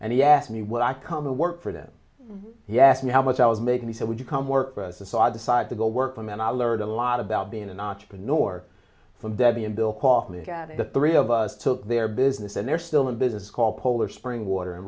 and he asked me what i come to work for then he asked me how much i was making he said would you come work for us and so i decided to go work for him and i learned a lot about being an entrepreneur from debbie and bill kaufman got the three of us took their business and they're still in business called polar spring water